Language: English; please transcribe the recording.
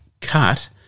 cut